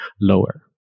lower